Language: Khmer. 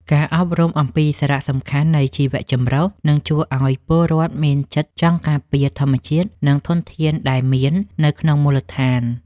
ការអប់រំអំពីសារៈសំខាន់នៃជីវចម្រុះនឹងជួយឱ្យពលរដ្ឋមានចិត្តចង់ការពារធម្មជាតិ និងធនធានដែលមាននៅក្នុងមូលដ្ឋាន។